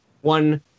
One